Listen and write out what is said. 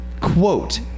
Quote